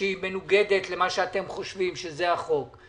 שהיא מנוגדת למה שאתם חושבים שזה החוק.